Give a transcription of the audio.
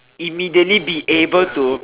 immediately be able to